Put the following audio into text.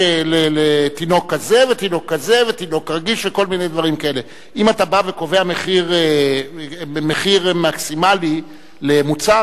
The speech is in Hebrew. אם אתה קובע מחיר מקסימלי למוצר,